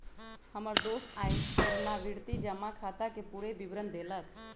हमर दोस आइ पुरनावृति जमा खताके पूरे विवरण देलक